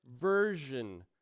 version